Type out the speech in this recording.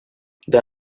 der